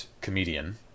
comedian